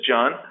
John